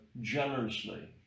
generously